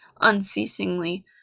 unceasingly